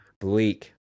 bleak